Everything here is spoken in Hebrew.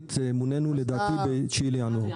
פורמלית מונינו ב-9 בינואר.